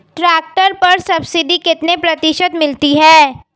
Tractor पर subsidy कितने प्रतिशत मिलती है?